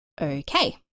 Okay